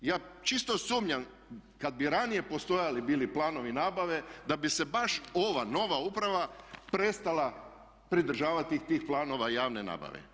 I ja čisto sumnjam kad bi ranije postojali bili planovi nabave, da bi se baš ova nova uprava prestala pridržavati tih planova javne nabave.